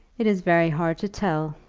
it is very hard to tell.